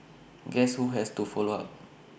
guess who has to follow up